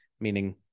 meaning